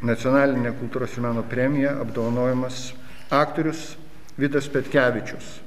nacionaline kultūros meno premija apdovanojamas aktorius vidas petkevičius